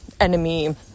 enemy